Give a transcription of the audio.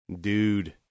dude